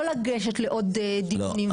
לא לגשת לעוד דיונים.